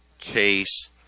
case